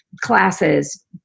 classes